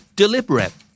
deliberate